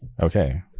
Okay